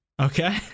okay